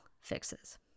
fixes